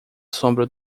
sombra